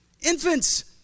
Infants